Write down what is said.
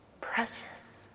precious